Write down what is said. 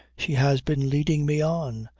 she has been leading me on,